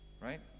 right